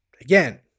Again